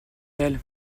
elles